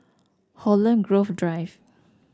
Holland Grove Drive